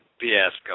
fiasco